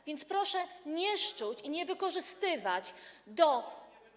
A więc proszę nie szczuć i nie wykorzystywać do.